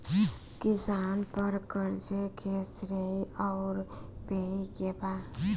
किसान पर क़र्ज़े के श्रेइ आउर पेई के बा?